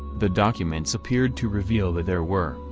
the documents appeared to reveal that there were,